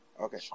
Okay